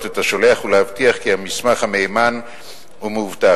את השולח ולהבטיח כי המסמך מהימן ומאובטח.